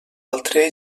altre